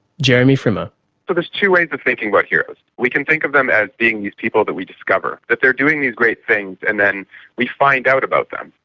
jeremy frimer so there's two ways of thinking about heroes, we can think of them as being these people that we discover, that they're doing these great things and then we find out about them.